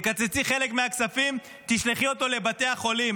תקצצי חלק מהכספים, תשלחי אותו לבתי החולים.